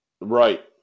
right